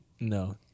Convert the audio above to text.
no